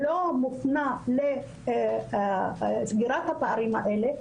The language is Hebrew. לא מותנע לסגירת הפערים האלה,